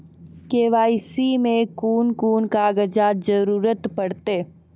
KYC मे कून कून कागजक जरूरत परतै?